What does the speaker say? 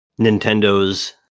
Nintendo's